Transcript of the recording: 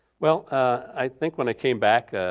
well, i think when i came back,